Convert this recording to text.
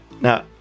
now